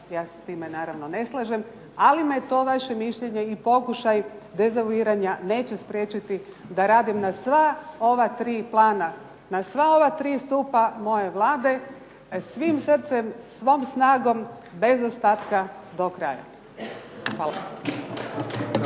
Ja se s time naravno ne slažem, ali me to vaše mišljenje i pokušaj …/Govornica se razumije./… neće spriječiti da radim na sva ova tri plana, na sva ova tri stupa moje Vlade, svim srcem, svom snagom, bez ostatka, do kraja. Hvala.